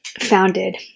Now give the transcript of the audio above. Founded